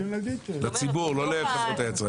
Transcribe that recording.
לציבור, לא לחברות היצרנים.